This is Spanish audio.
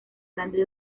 grandes